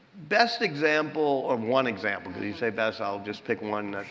best example, or one example if you say best, i'll just pick one